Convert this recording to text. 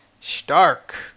Stark